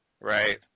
right